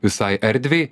visai erdvei